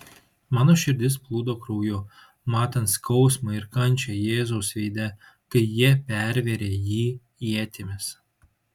mano širdis plūdo krauju matant skausmą ir kančią jėzaus veide kai jie pervėrė jį ietimis